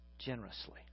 generously